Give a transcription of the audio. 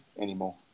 anymore